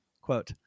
Quote